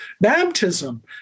Baptism